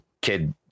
kid